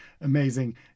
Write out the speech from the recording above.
amazing